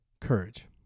courage